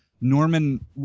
Norman